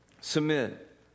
submit